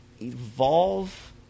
Evolve